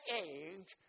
age